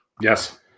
Yes